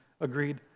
agreed